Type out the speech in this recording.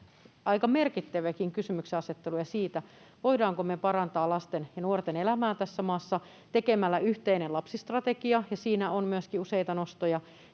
aika merkittäviäkin kysymyksenasetteluja siitä, voidaanko me parantaa lasten ja nuorten elämää tässä maassa tekemällä yhteinen lapsistrategia. Siinä on myöskin useita nostoja